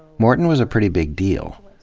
morton was a pretty big deal.